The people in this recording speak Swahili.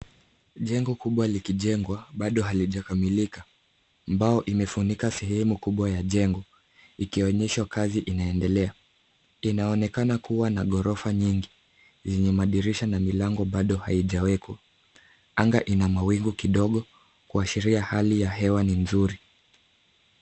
Jengo kubwa likijengwa, bado halijakamilika. Mbao imefunika sehemu kubwa ya jengo ikionyesha kazi inaendelea. Inaonekana kuwa na ghorofa nyongi zenye madirisha na milango bado haijawekwa. Anga lina mawingu kidogo kuashiria hali ya hewa ni nzuri.